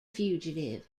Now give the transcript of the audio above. fugitive